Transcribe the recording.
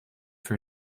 for